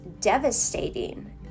devastating